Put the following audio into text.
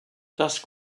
dusk